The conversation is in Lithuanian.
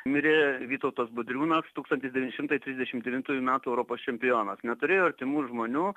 mirė vytautas budriūnas tūkstantis devyni šimtai trisdešimt devintųjų metų europos čempionas neturėjo artimų žmonių